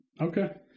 Okay